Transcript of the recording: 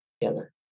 together